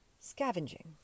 Scavenging